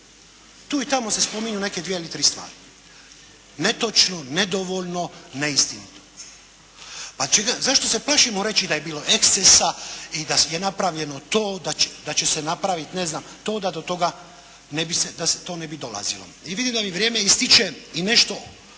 Tu i tamo se spominju neke dvije ili tri stvari. Netočno, nedovoljno, neistinito. A čega, zašto se plašimo reći da je bilo ekscesa i da je napravljeno to da će se napraviti, ne znam, to da to toga ne bi se, da se, to ne bi dolazilo. I vidim da mi vrijeme ističe i nešto